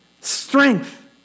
Strength